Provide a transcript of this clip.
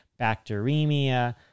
bacteremia